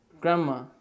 Grandma